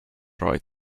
right